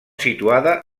situada